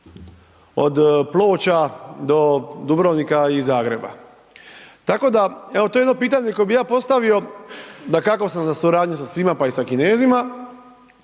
od Ploča do Dubrovnika i Zagreba, tako da, evo, to je jedno pitanje koje bi ja postavio, dakako, sam za suradnju sa svima, pa i sa Kinezima,